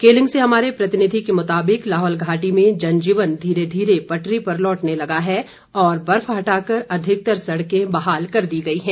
केलंग से हमारे प्रतिनिधि के मुताबिक लाहौल घाटी में जनजीवन धीरे धीरे पटरी पर लौटने लगा है और बर्फ हटाकर अधिकतर सड़कें बहाल कर दी गई हैं